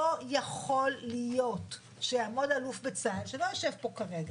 לא יכול להיות שיעמוד אלוף בצה"ל שלא יושב פה כרגע,